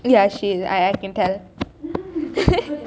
ya she is I I can tell